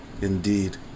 Indeed